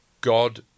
God